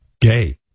gay